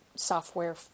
software